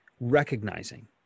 recognizing